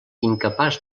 incapaç